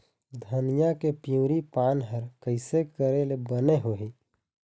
धनिया के पिवरी पान हर कइसे करेले बने होही?